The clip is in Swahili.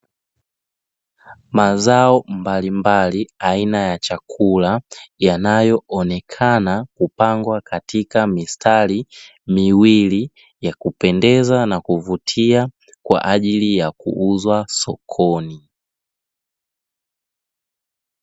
Mazao mbalimbali aina ya chakula yanayoonekana kupangwa katika mistari miwili yakupendeza na kuvutia kwaajili ya kuuzwa sokoni.